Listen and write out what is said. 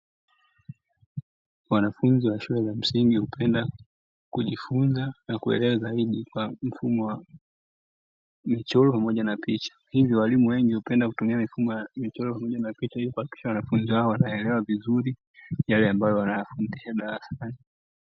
Wanafunzi wa shule za msingi hupenda kujifunza na kuelewa zaidi kwa mfumo wa michoro pamoja na picha, hivyo walimu wengi hupenda kutumia mifumo ya michoro na picha ili kuhakikisha wanafunzi wao wanaelewa vizuri yale ambayo wanayafundisha darasani.